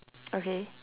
okay